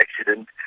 accident